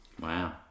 Wow